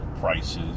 prices